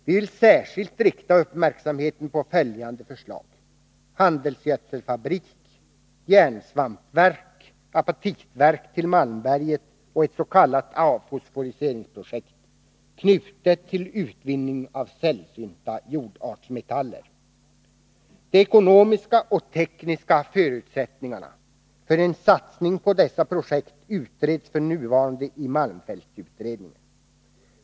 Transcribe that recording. Vi vill särskilt rikta uppmärksamheten på följande förslag: handelsgödselfabrik, järnsvampverk, apatitverk till Malmberget och ett s.k. avfosforiseringsprojekt knutet till utvinning av sällsynta jordartsmetaller. De ekonomiska och tekniska förutsättningarna för en satsning på dessa projekt utreds f. n. i malmfältsutredningen.